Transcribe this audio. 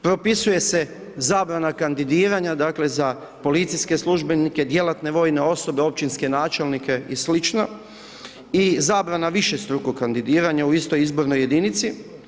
Propisuje se zabrana kandidiranja, dakle, za policijske službenike, djelatne vojne osobe, općinske načelnike i sl. i zabrana višestrukog kandidiranja u istoj izbornoj jedinici.